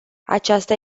aceasta